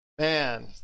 Man